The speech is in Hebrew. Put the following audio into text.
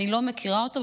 אני לא מכירה אותו,